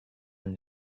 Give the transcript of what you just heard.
when